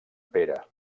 pere